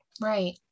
right